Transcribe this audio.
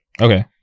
Okay